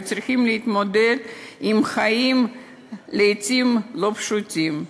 צריכים להתמודד עם חיים לעתים לא פשוטים.